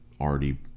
already